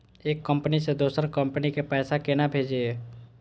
एक कंपनी से दोसर कंपनी के पैसा केना भेजये?